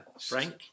Frank